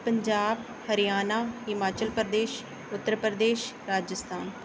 Punjab Haryana Himachal Pradesh Uttar Pradesh Rajasthan